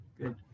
Good